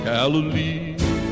Galilee